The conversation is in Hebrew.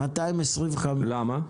225. למה?